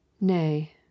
nay